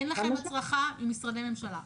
אין לכם הצרחה עם משרדי ממשלה.